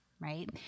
Right